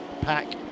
pack